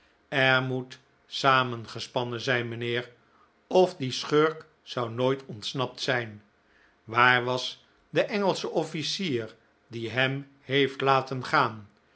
er moet samengespannen zijn mijnheer of die schurk zou nooit ontsnapt zijn waar was de engelsche offlcier die hem heeft laten gaan